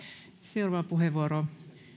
seuraava puheenvuoro